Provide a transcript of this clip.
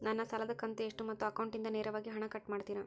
ನನ್ನ ಸಾಲದ ಕಂತು ಎಷ್ಟು ಮತ್ತು ಅಕೌಂಟಿಂದ ನೇರವಾಗಿ ಹಣ ಕಟ್ ಮಾಡ್ತಿರಾ?